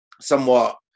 somewhat